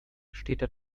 steter